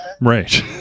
Right